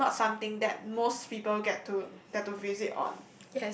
because it's not something that most people get to get to visit on